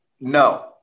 no